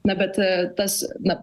na bet tas na